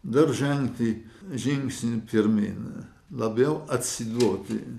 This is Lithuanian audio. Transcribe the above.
dar žengti žingsnį pirmyn labiau atsiduoti